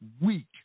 weak